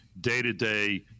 day-to-day